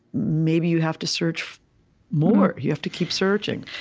maybe you have to search more. you have to keep searching